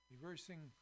Reversing